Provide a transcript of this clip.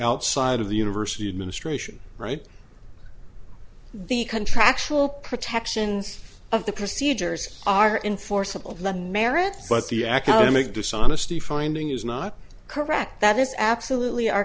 outside of the university administration right the contractual protections of the procedures are in forcible the merits but the academic dishonesty finding is not correct that is absolutely